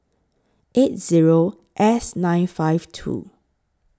eight Zero S nine five two